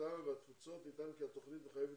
הקליטה והתפוצות נטען כי התוכנית מחייבת